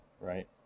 right